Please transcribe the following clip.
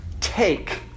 Take